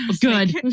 Good